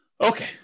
Okay